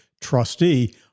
trustee